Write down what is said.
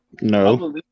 no